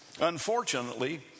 Unfortunately